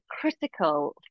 critical